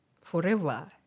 forever